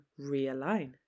realign